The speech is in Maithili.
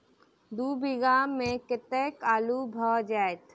दु बीघा मे कतेक आलु भऽ जेतय?